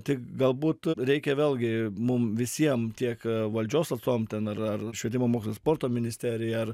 tik galbūt reikia vėlgi mum visiem tiek valdžios atstovam ten ar ar švietimo mokslo ir sporto ministerijai ar